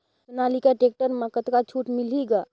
Sonalika tractor म कतका छूट मिलही ग?